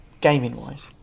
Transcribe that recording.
gaming-wise